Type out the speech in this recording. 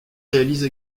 réalise